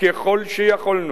ככל שיכולנו,